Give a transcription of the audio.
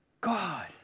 God